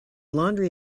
laundry